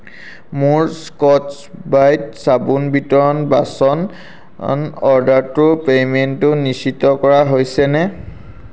মোৰ Scotch Brite চাবোন বিতৰণ বাচনৰ অৰ্ডাৰটোৰ পে'মেণ্টটো নিশ্চিত কৰা হৈছেনে